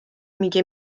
میگه